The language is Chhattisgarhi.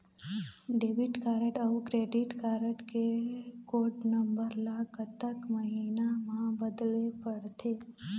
डेबिट कारड अऊ क्रेडिट कारड के कोड नंबर ला कतक महीना मा बदले पड़थे?